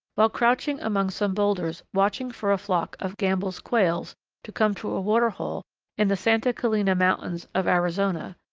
while crouched among some boulders watching for a flock of gambel's quails to come to a water-hole in the santa catalina mountains of arizona,